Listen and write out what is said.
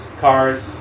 cars